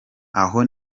aho